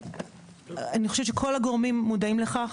אני חושבת שכל הגורמים מודעים לכך,